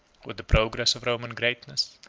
with the progress of roman greatness,